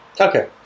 okay